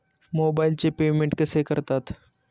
मोबाइलचे पेमेंट कसे करतात?